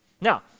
Now